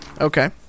Okay